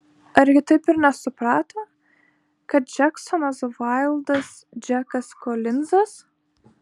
ar ji taip ir nesuprato kad džeksonas vaildas džekas kolinzas